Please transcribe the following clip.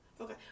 Okay